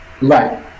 Right